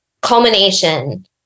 culmination